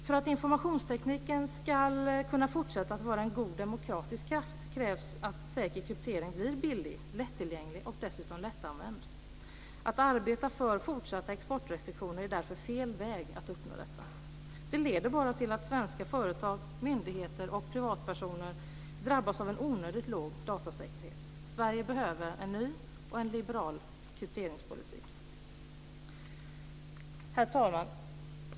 För att informationstekniken ska kunna fortsätta att vara en god demokratisk kraft krävs att säker kryptering blir billig, lättillgänglig och dessutom lättanvänd. Att arbeta för fortsatta exportrestriktioner är därför fel väg att uppnå detta. Det leder bara till att svenska företag, myndigheter och privatpersoner drabbas av en onödigt låg datasäkerhet. Sverige behöver en ny och liberal krypteringspolitik. Herr talman!